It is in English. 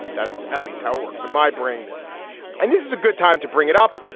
that's at least how it works in my brain and this is a good time to bring it up,